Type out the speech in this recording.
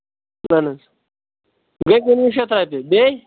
اَہن حظ گٔے کُنہٕ وُہ شَتھ رۄپییہِ بیٚیہِ